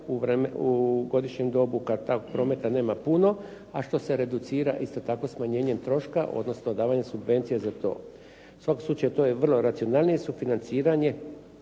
u godišnjem dobu kad prometa nema puno, a što se reducira isto tako smanjenjem troška, odnosno davanjem subvencije za to. U svakom slučaju to je vrlo racionalnije sufinanciranje